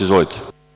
Izvolite.